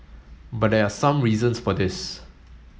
but there are some reasons for this